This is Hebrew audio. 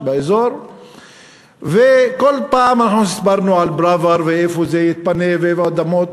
כל פעם אנחנו הסברנו על פראוור ואיפה זה יתפנה ואיפה האדמות.